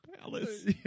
palace